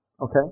okay